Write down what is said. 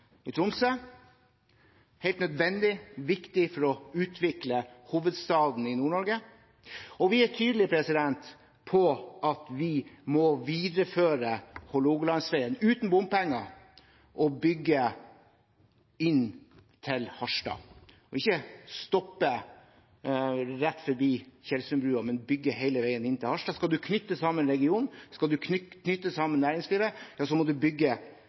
i Tromsø. Det er helt nødvendig og viktig for å utvikle hovedstaden i Nord-Norge. Og vi er tydelig på at vi må videreføre Hålogalandsveien uten bompenger og bygge inn til Harstad – ikke stoppe rett etter Tjeldsundbrua, men bygge hele veien inn til Harstad. Skal man knytte sammen regionen, skal man knytte sammen næringslivet, må man bygge